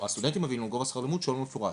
הסטודנטים מביאים לנו גובה שכר לימוד שהוא לא מפורט.